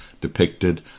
depicted